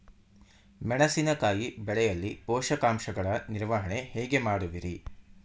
ಮೆಣಸಿನಕಾಯಿ ಬೆಳೆಯಲ್ಲಿ ಪೋಷಕಾಂಶಗಳ ನಿರ್ವಹಣೆ ಹೇಗೆ ಮಾಡುವಿರಿ?